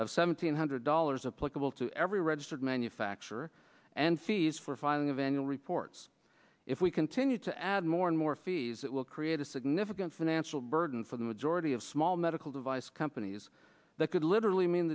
of seventeen hundred dollars a plausible to every registered manufacturer and fees for filing of annual reports if we continue to add more and more fees it will create a significant financial burden for the majority of small medical device companies that could literally m